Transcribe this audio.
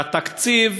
והתקציב